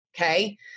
Okay